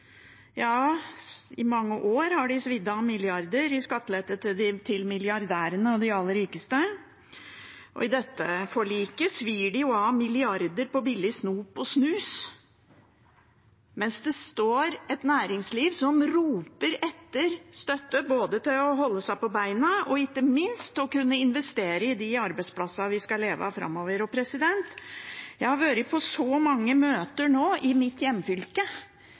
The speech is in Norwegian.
i mange år har de svidd av milliarder i skattelette til milliardærene og de aller rikeste, og i dette forliket svir de av milliarder på billig snop og snus – mens det står et næringsliv og roper etter støtte både til å holde seg på beina og ikke minst til å kunne investere i de arbeidsplassene vi skal leve av framover. Jeg har vært på så mange møter nå i mitt hjemfylke